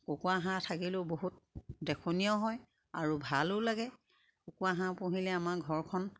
কুকুৰা হাঁহ থাকিলেও বহুত দেখনীয়াৰ হয় আৰু ভালো লাগে কুকুৰা হাঁহ পুহিলে আমাৰ ঘৰখন